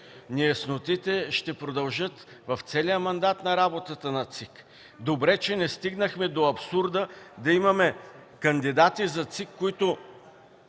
Неяснотите ще продължат в целия мандат на работата на ЦИК. Добре, че не стигнахме до абсурда да имаме кандидати за ЦИК, които